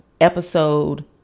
episode